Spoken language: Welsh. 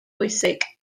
bwysig